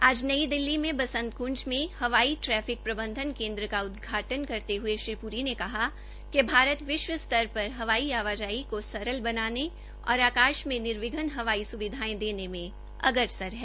आज नई दिल्ली में बसंत कृंज में हवाई ट्रैफिक प्रबंधन केन्द्र का उदघाटन करते हुए श्री पुरी ने कहा कि भारत विश्व स्तर पर हवाई आवाजाई को सरल बनाने और आकाश में निर्विघ्न हवाई सुविधायें देने में अग्रसर है